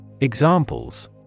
Examples